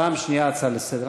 פעם שנייה הצעה לסדר.